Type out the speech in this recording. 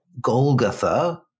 Golgotha